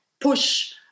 push